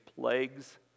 plagues